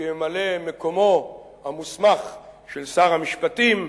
כממלא-מקומו המוסמך של שר המשפטים,